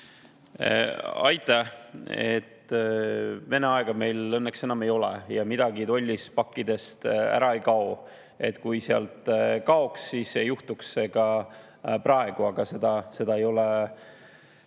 Aitäh! Vene aega meil õnneks enam ei ole ja midagi tollis pakkidest ära ei kao. Kui sealt kaoks, siis juhtuks see ka praegu, aga seda ei ole